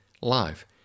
life